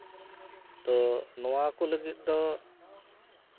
ᱛᱳ ᱱᱚᱣᱟᱠᱚ ᱞᱟᱹᱜᱤᱫ ᱫᱚ